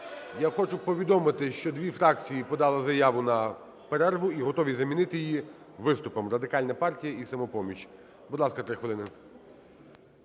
я хочу повідомити, що дві фракції подали заяву на перерву і готові замінити її виступом. Радикальна партія і "Самопоміч". Будь ласка, 3 хвилини.